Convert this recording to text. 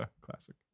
Classic